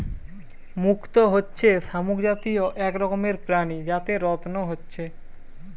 মুক্ত হচ্ছে শামুক জাতীয় এক রকমের প্রাণী যাতে রত্ন হচ্ছে